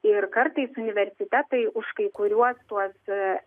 ir kartais universitetai už kai kuriuos tuos